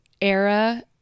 era